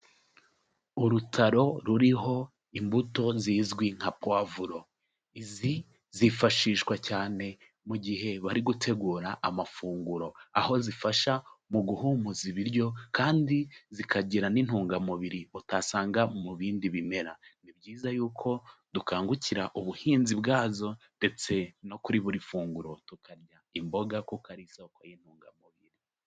Urutaro ruriho imbuto zizwi nka powavuro. Izi zifashishwa cyane mu gihe bari gutegura amafunguro, aho zifasha mu guhumuza ibiryo kandi zikagira n'intungamubiri utasanga mu bindi bimera. Ni byiza yuko dukangukira ubuhinzi bwazo ndetse no kuri buri funguro tukarya imboga kuko ari isoko y'intungamubiri.